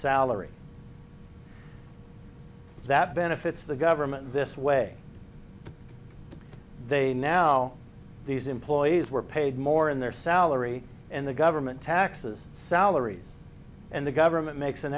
salary that benefits the government this way they now these employees were paid more in their salary and the government taxes salaries and the government makes an